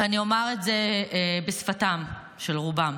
ואני אומר את זה בשפתם של רובם: